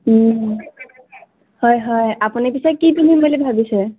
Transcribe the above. হয় হয় আপুনি পিছে কি পিন্ধিম বুলি ভাবিছে